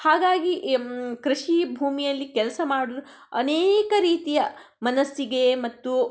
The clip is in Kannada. ಹಾಗಾಗಿ ಕೃಷಿ ಭೂಮಿಯಲ್ಲಿ ಕೆಲಸ ಮಾಡಲು ಅನೇಕ ರೀತಿಯ ಮನಸ್ಸಿಗೆ ಮತ್ತು